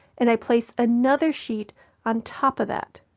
and i placed another sheet on top of that,